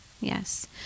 Yes